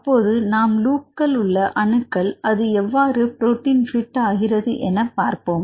அப்போது நாம் லூப்ப்புகள் உள்ள அணுக்கள் அது எவ்வாறு புரோட்டின் பிட் ஆகிறது என பார்ப்போம்